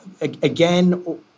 again